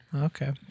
Okay